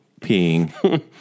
peeing